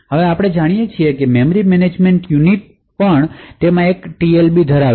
હવે આપણે જાણીએ છીએ કે મેમરી મેનેજમેન્ટ યુનિટ પણ તેમાં એક TLB ધરાવે છે